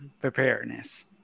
preparedness